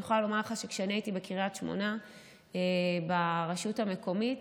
אני יכולה לומר לך שכשאני הייתי בקריית שמונה ברשות המקומית,